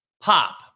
Pop